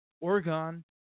Oregon